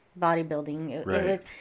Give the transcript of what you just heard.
bodybuilding